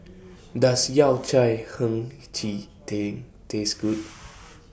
Does Yao Cai Hei Ji Tang Taste Good